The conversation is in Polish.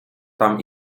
tam